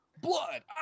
blood